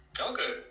Okay